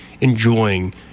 enjoying